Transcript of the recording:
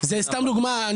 זה סתם דוגמה,